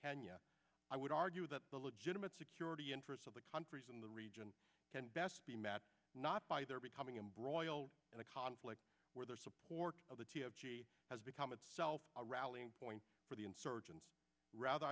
kenya i would argue that the legitimate security interests of the countries in the region can best be met not by their becoming embroiled in a conflict where their support of the t of g has become itself a rallying point for the insurgents rather